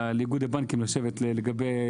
לאיגוד הבנקים לשבת לגבי,